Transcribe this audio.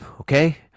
okay